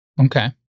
Okay